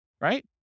right